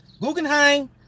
Guggenheim